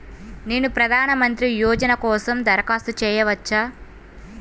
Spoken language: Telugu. నేను ప్రధాన మంత్రి యోజన కోసం దరఖాస్తు చేయవచ్చా?